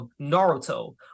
Naruto